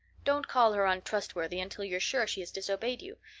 don't call her untrustworthy until you're sure she has disobeyed you.